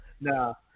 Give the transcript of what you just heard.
No